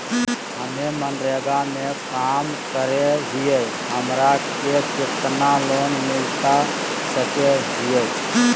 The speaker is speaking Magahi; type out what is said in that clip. हमे मनरेगा में काम करे हियई, हमरा के कितना लोन मिलता सके हई?